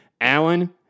Alan